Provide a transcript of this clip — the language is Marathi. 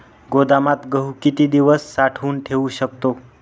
गोदामात गहू किती दिवस साठवून ठेवू शकतो?